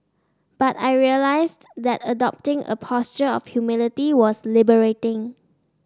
but I realised that adopting a posture of humility was liberating